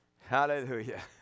Hallelujah